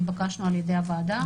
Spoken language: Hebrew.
שהתבקשנו ע"י הוועדה.